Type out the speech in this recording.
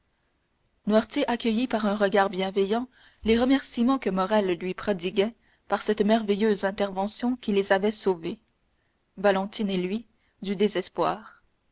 accueillit par un regard bienveillant les remerciements que morrel lui prodiguait pour cette merveilleuse intervention qui les avait sauvés valentine et lui du désespoir